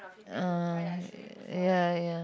ah ya ya